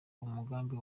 umugambi